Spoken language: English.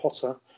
Potter